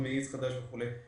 עם מאיץ חדש וכולי,